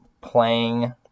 playing